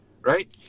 Right